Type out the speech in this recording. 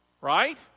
Right